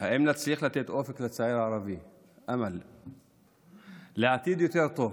האם נצליח לתת אופק לצעיר הערבי לעתיד יותר טוב?